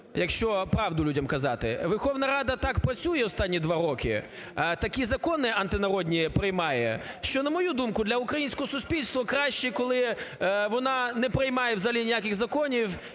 якщо правду людям казати, Верховна Рада так працює останні два роки, такі закони антинародні приймає, що, на мою думку, для українського суспільства краще, коли вона не приймає взагалі ніяких законів